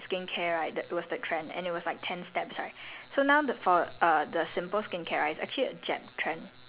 and simple skincare right okay so err last time korean st~ skincare right the was the trend and it was like ten steps right